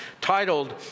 titled